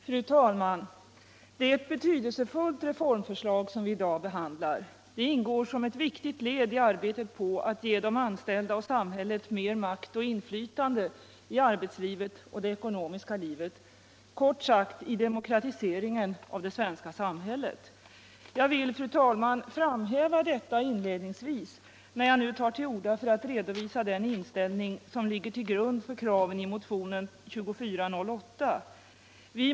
Fru talman! Det är ett betydelsefullt reformförslag som vi i dag behandlar. Det ingår som ett viktigt led i arbetet på att ge de anställda och samhället mer makt och inflytande i arbetslivet och i det ekonomiska livet — kort sagt i demokratiseringen av det svenska samhället. Jag vill, fru talman, inledningsvis framhäva detta när jag nu tar till orda för att redovisa den inställning som ligger till grund för kraven i motionen 1975/76:2408.